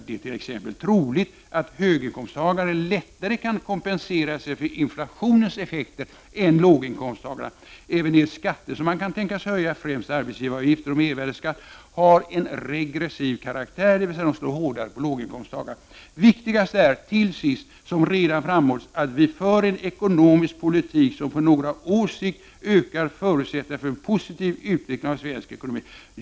Det är t.ex. troligt att höginkomsttagare lättare kan kompensera sig för inflationens effekter än låginkomsttagare. Även de skatter som man kan tänkas höja, främst arbetsgivaravgifter och mervärdeskatt, har en regressiv karaktär, dvs. de slår hårdare på låginkomsttagare. Viktigast är till sist, som redan framhållits, att vi för en ekonomisk politik som på några års sikt ökar förutsättningarna för en positiv utveckling av svensk ekonomi.